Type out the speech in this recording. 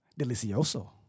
Delicioso